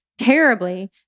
terribly